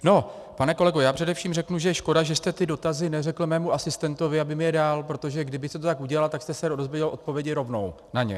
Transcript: No, pane kolego, já především řeknu, že je škoda, že jste ty dotazy neřekl mému asistentovi, aby mi je dal, protože kdybyste to tak udělal, tak jste se dozvěděl odpovědi rovnou na ně.